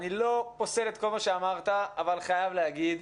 אני לא פוסל את מה שאמרת, אבל חייב להגיד,